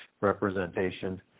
representation